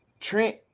Trent –